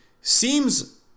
seems